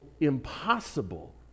impossible